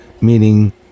meaning